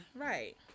Right